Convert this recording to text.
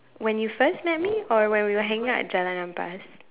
when you first met me or when we were hang out at Jalan-Ampas